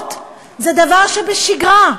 גנבות הן דבר שבשגרה,